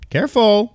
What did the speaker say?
Careful